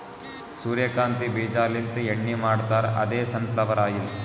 ಸೂರ್ಯಕಾಂತಿ ಬೀಜಾಲಿಂತ್ ಎಣ್ಣಿ ಮಾಡ್ತಾರ್ ಅದೇ ಸನ್ ಫ್ಲವರ್ ಆಯಿಲ್